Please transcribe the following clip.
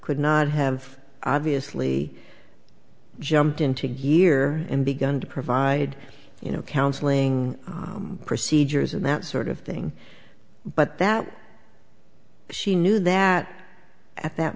could not have obviously jumped into gear and begun to provide you know counseling procedures and that sort of thing but that she knew that at that